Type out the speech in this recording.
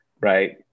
right